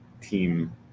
team